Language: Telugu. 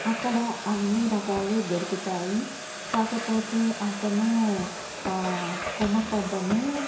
అక్కడ అన్నీ రకాలు దొరుకుతాయి కాకపోతే అతను కోమటతను